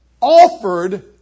offered